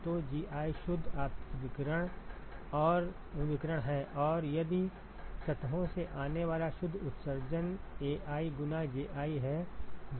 तो Gi शुद्ध आपतित विकिरण है और यदि सतहों से आने वाला शुद्ध उत्सर्जन Ai गुना Ji है